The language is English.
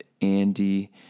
Andy